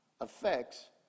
affects